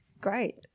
great